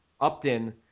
Upton